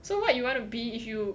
so what you want to be if you